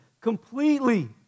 completely